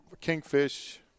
kingfish